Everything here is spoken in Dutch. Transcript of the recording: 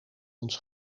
ons